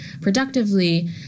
productively